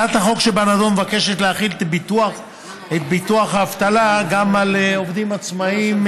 הצעת החוק שבנדון מבקשת להחיל את ביטוח האבטלה גם על עובדים עצמאים,